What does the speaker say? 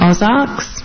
Ozarks